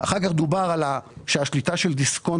אחר כך דובר על כך שהשליטה של דיסקונט